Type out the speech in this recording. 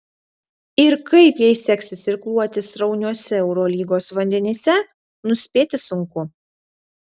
ir kaip jai seksis irkluoti srauniuose eurolygos vandenyse nuspėti sunku